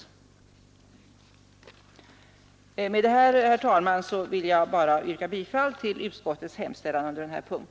Med detta, herr talman, vill jag yrka bifall till utskottets hemställan under denna punkt.